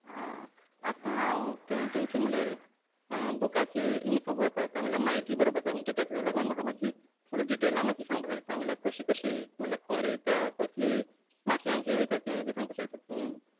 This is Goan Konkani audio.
आं आतां हांव ते वटेनची म्हणल्या बुकाचे इन्फो बरोवपाक आसता म्हणल्यार म्हायती बरोवप आसा म्हणटा ताका लागून म्हाका माश्शी फूल डिटेला माश्शें सांगपा शकता म्हणल्या कशी कशी म्हणल्यार खंय रोयता कसली मातयांचें भितर तें बी सांगपा शकतात तुमी